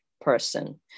person